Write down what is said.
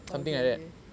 okay okay